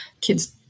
kids